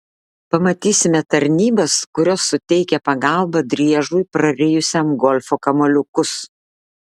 pamatysime tarnybas kurios suteikia pagalbą driežui prarijusiam golfo kamuoliukus